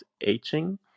aging